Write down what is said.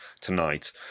tonight